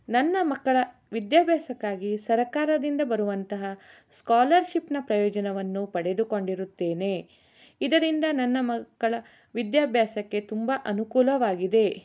ನನ್ನ ಮಕ್ಕಳ ವಿದ್ಯಭ್ಯಾಸಕ್ಕಾಗಿ ಸರಕಾರದಿಂದ ಬರುವಂತಹ ಸ್ಕಾಲರ್ಶಿಪ್ನ ಪ್ರಯೋಜನವನ್ನು ಪಡೆದುಕೊಂಡಿರುತ್ತೇನೆ ಇದರಿಂದ ನನ್ನ ಮಕ್ಕಳ ವಿದ್ಯಭ್ಯಾಸಕ್ಕೆ ತುಂಬಾ ಅನುಕೂಲವಾಗಿದೆ